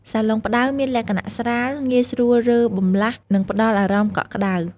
សាឡុងផ្តៅមានលក្ខណៈស្រាល ងាយស្រួលរើបម្លាស់ និងផ្តល់អារម្មណ៍កក់ក្តៅ។